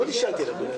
לא נשאלתי לגבי זה.